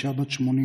אישה בת 80,